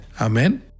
Amen